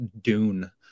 dune